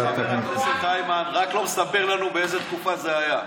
חבר הכנסת איימן רק לא מספר לנו באיזו תקופה זה היה.